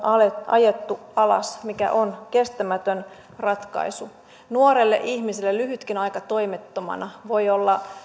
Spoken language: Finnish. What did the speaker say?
ajettu alas mikä on kestämätön ratkaisu nuorelle ihmiselle lyhytkin aika toimettomana voi olla